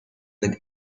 with